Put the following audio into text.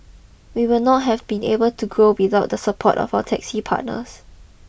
we would not have been able to grow without the support of our taxi partners